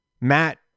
Matt